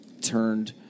turned